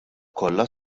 kollha